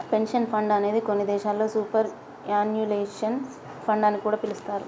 pension fund నే కొన్ని దేశాల్లో సూపర్ యాన్యుయేషన్ ఫండ్ అని కూడా పిలుత్తారు